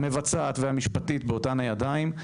המבצעת והמשפטית באותן הידיים,